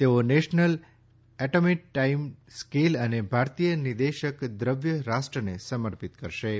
તેઓ national atomic timescale અને ભારતીય નિર્દેશક દ્રવ્ય રાષ્ટ્રને સમર્પિત કરશે